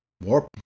more